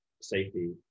safety